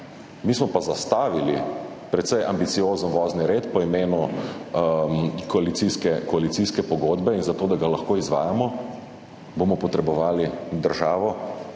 Mi smo pa zastavili precej ambiciozen vozni red, po imenu koalicijska pogodba, in zato, da ga lahko izvajamo, bomo potrebovali državo,